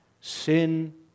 sin